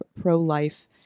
pro-life